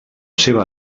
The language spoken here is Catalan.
seva